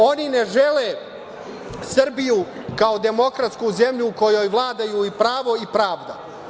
Oni ne žele Srbiju kao demokratsku zemlju u kojoj vladaju i pravo i pravda.